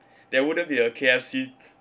there wouldn't be a K_F_C